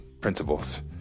principles